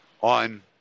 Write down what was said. on